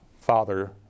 Father